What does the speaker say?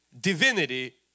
divinity